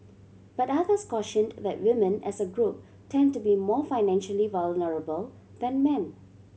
but others cautioned that women as a group tend to be more financially vulnerable than men